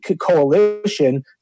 coalition